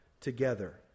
together